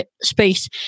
space